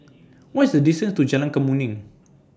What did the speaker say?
What IS The distance to Jalan Kemuning